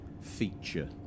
feature